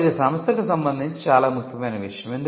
కాబట్టి ఇది సంస్థకు సంబందించి చాలా ముఖ్యమైన విషయం